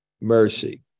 mercy